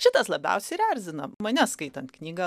šitas labiausiai ir erzina mane skaitant knygą